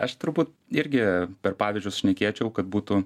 aš turbūt irgi per pavyzdžius šnekėčiau kad būtų